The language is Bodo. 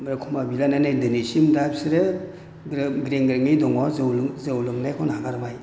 ओमफ्राय खमा बिलायनानै दिनैसिम दा बिसोरो ग्रें ग्रें यैनो दङ जौ लोंनायखौ नागारबाय